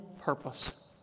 purpose